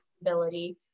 ability